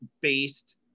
based